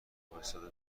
واستاده